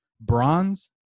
bronze